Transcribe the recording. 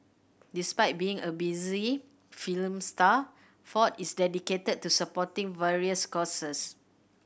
despite being a busy film star Ford is dedicated to supporting various causes